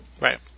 right